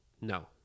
no